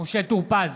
משה טור פז,